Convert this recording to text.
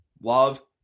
Love